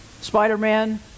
Spider-Man